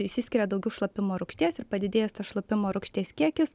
išsiskiria daugiau šlapimo rūgšties ir padidėjęs tas šlapimo rūgšties kiekis